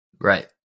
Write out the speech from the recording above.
Right